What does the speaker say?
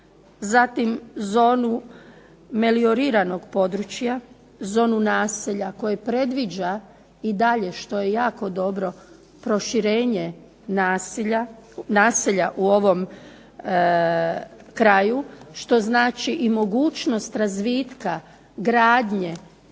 zatim zonu melioriranog područja, zonu naselja koje predviđa i dalje što je jako dobro proširenje naselja u ovom kraju što znači i mogućnost razvitka, gradnje